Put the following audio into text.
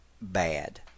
bad